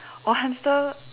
or hamster